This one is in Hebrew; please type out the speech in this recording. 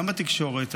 גם בתקשורת,